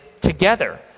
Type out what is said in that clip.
together